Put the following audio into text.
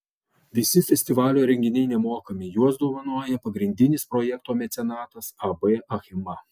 visi festivalio renginiai nemokami juos dovanoja pagrindinis projekto mecenatas ab achema